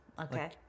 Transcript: Okay